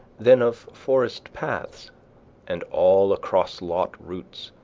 then of forest paths and all across-lot routes,